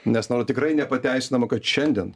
nes nu tikrai nepateisinama kad šiandien